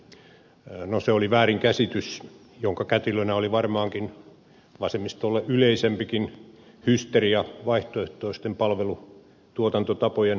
no se oli väärinkäsitys jonka kätilönä oli varmaankin vasemmistolle yleisempikin hysteria vaihtoehtoisten palvelutuotantotapojen yleistymisestä